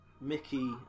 Mickey